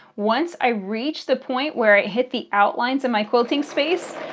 once i reach the point where i hit the outlines in my quilting space,